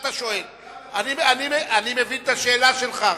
ואני מבין את השאלה שלך,